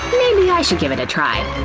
maybe i should give it a try? aw,